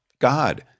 God